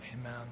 Amen